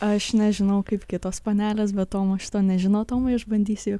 aš nežinau kaip kitos panelės bet tomas šito nežino tomai aš bandysiu